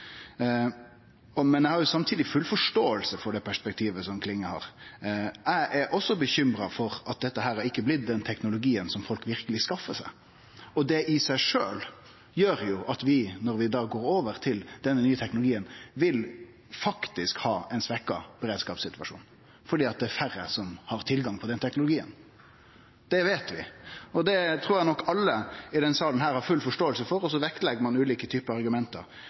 Eg har samtidig full forståing for det perspektivet som Klinge har. Eg er også bekymra for at dette ikkje har blitt den teknologien som folk verkeleg skaffar seg. Og det i seg sjølv gjer jo at vi når vi går over til denne nye teknologien, faktisk vil ha ein svekt beredskapssituasjon, fordi det er færre som har tilgang på den teknologien. Det veit vi, og det trur eg nok alle i denne salen har full forståing for, og så vektlegg ein ulike typar argument.